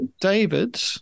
David